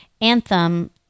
anthem